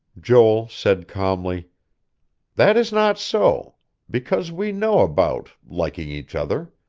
joel said calmly that is not so because we know about liking each other,